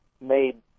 made